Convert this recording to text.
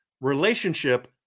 relationship